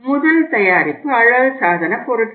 முதல் தயாரிப்பு அழகுசாதனப் பொருட்கள்